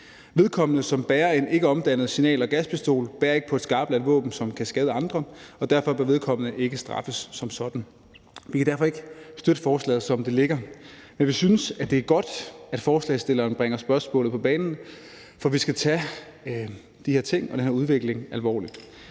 Vedkommende, som bærer en ikke omdannet signal- eller gaspistol, bærer ikke på et skarpladt våben, som kan skade andre, og derfor bør vedkommende ikke straffes som sådan. Vi kan derfor ikke støtte forslaget, som det ligger. Men vi synes, at det er godt, at forslagsstillerne bringer spørgsmålet på banen, for vi skal tage de her ting og den her udvikling alvorligt.